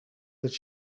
their